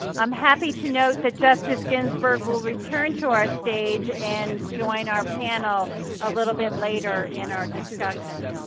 i'm happy to note that justice ginsburg will return to our stage and join our panel a little bit later in our discussion.